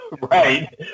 right